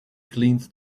cleans